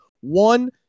one